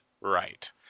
right